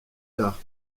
tard